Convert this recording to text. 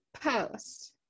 post